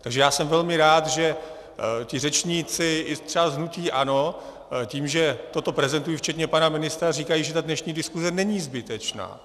Takže já jsem velmi rád, že ti řečníci i třeba z hnutí ANO tím, že toto prezentují, včetně pana ministra, říkají, že ta dnešní diskuse není zbytečná.